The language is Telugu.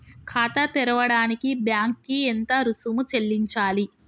ఖాతా తెరవడానికి బ్యాంక్ కి ఎంత రుసుము చెల్లించాలి?